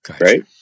right